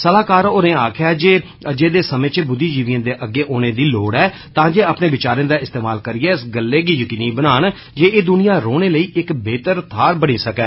सलाहकार होरें आखेआ जे अज्जै दे समें च बुद्विजीविएं दे अग्गे औने दी लोड़ ऐ तांजे अपने विचारें दा इस्तेमाल करियै इस गल्लै गी यकीनी बनान जे एह् दुनिया रौह्ने लेई इक बेह्तर थाह बनी सकै